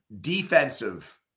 defensive